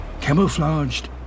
Camouflaged